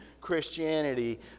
Christianity